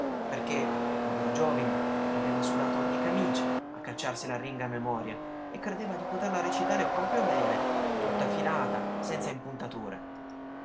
perché povero giovine aveva sudato una camicia a cacciarsi l'arringa a memoria e credeva di poterla recitare proprio bene tutta filata senza impuntature